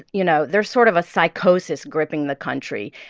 you know, there's sort of a psychosis gripping the country.